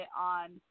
on